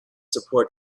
support